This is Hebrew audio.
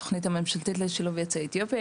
בתוכנית הממשלתית לשילוב יוצאי אתיופיה,